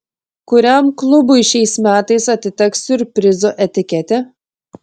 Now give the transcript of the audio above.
kuriam klubui šiais metais atiteks siurprizo etiketė